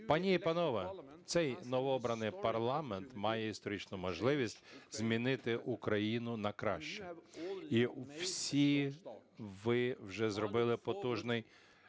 Пані і панове, цей новообраний парламент має історичну можливість змінити Україну на краще. І всі ви вже зробили потужний